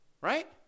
right